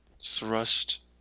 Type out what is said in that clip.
thrust